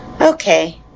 Okay